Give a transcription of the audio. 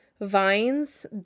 vines